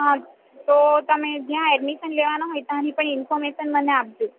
હાં તો તમે જ્યાં ઍડ્મિશન લેવાના હોય ત્યાંની પણ ઈન્ફોર્મેશન મને આપજો